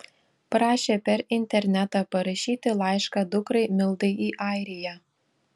prašė per internetą parašyti laišką dukrai mildai į airiją